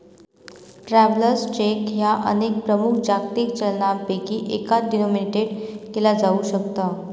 travellers cheque ह्या अनेक प्रमुख जागतिक चलनांपैकी एकात डिनोमिनेटेड केला जाऊ शकता